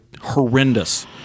horrendous